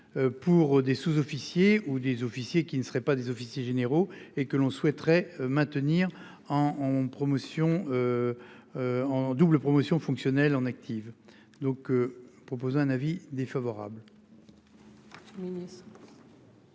pour des sous-officiers ou des officiers qui ne serait pas des officiers généraux et que l'on souhaiterait maintenir en en promotion. En double promotion fonctionnel en active donc proposer un avis défavorable.